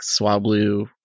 Swablu